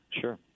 Sure